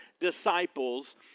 disciples